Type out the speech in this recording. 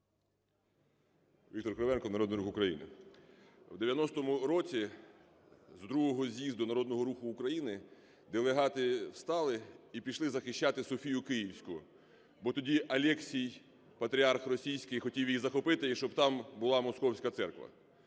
Віктор Кривенко, Народний Рух України. У 90-му році з другого з'їзду Народного Руху України делегати встали і пішли захищати Софію Київську, бо тоді Алексій, патріарх російський, хотів її захопити і щоб там була московська церква.